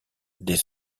des